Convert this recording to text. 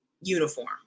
uniform